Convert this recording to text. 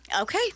okay